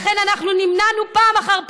לכן אנחנו נמנענו פעם אחר פעם,